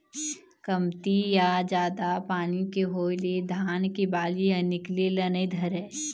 कमती या जादा पानी के होए ले धान के बाली ह निकले ल नइ धरय